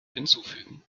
hinzufügen